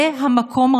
זה המקום,